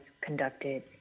conducted